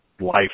life